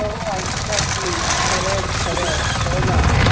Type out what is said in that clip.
हो एक्झॅक्टली खरंच खरंच हो ना